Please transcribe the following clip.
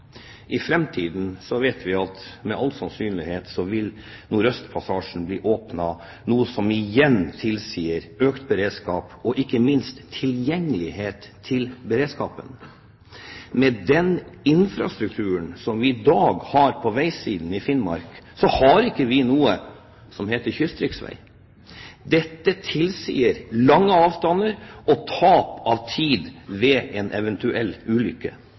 vet vi at med all sannsynlighet så vil nordøstpassasjen bli åpnet, noe som igjen tilsier økt beredskap og ikke minst tilgjengelighet til beredskapen. Med den infrastrukturen vi i dag har på veier i Finnmark, så har vi ikke noe som heter kystriksvei. Dette tilsier lange avstander og tap av tid ved en eventuell ulykke.